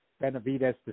Benavides